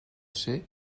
ser